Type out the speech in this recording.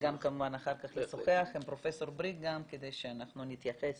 כמובן אחר כך לשוחח גם עם פרופ' בריק כדי שאנחנו נתייחס